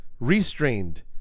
restrained